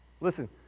Listen